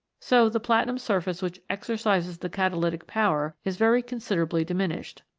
so the platinum surface which exercises the catalytic power is very considerably diminished.